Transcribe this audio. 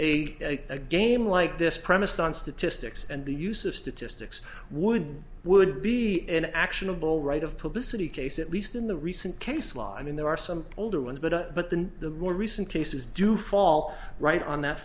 that a game like this premised on statistics and the use of statistics would would be an actionable right of publicity case at least in the recent case law i mean there are some older ones but but then the more recent cases do fall right on that